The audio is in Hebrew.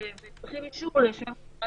ההחמרות לגבי הכניסה